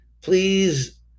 please